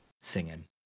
singing